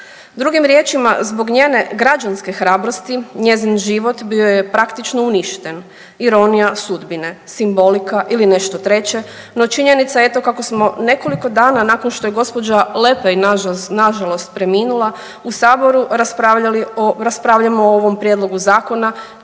Drugim riječima zbog njene građanske hrabrosti njezin život bio je praktično uništen, ironija sudbine, simbolika ili nešto treće. No činjenica kako smo nekoliko dana nakon što je gospođa Lepej na žalost preminula u Saboru raspravljamo o ovom prijedlogu zakona